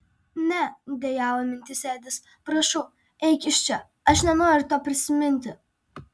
ne dejavo mintyse edis prašau eik iš čia aš nenoriu to prisiminti